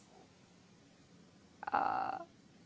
uh